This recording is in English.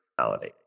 reality